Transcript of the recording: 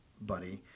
buddy